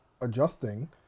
adjusting